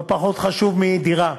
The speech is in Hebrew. זה לא פחות חשוב מדירה.